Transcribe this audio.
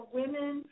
women